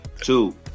Two